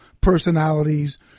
personalities